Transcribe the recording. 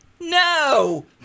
no